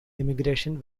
emigration